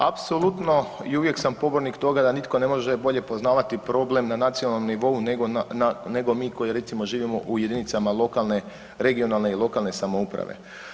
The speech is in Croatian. Apsolutno i uvijek sam pobornik toga da nitko ne može bolje poznavati problem na nacionalnom nivou, nego mi koji recimo živimo u jedinicama lokalne, regionalne i lokalne samouprave.